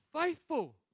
faithful